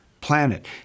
planet